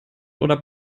oder